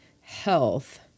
health